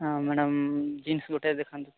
ହଁ madam jeans ଗୋଟେ ଦେଖାନ୍ତୁ ତ